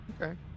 Okay